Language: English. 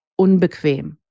Unbequem